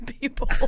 people